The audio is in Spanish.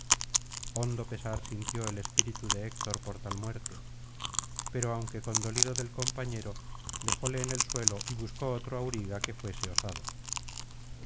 hondo pesar sintió el espíritu de héctor por tal muerte pero aunque condolido del compañero dejóle en el suelo y buscó otro auriga que fuese osado